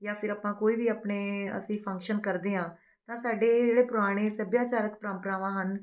ਜਾਂ ਫਿਰ ਆਪਾਂ ਕੋਈ ਵੀ ਆਪਣੇ ਅਸੀਂ ਫੰਕਸ਼ਨ ਕਰਦੇ ਹਾਂ ਤਾਂ ਸਾਡੇ ਜਿਹੜੇ ਪੁਰਾਣੇ ਸੱਭਿਆਚਾਰਕ ਪਰੰਪਰਾਵਾਂ ਹਨ